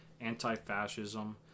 anti-fascism